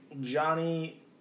Johnny